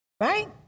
Right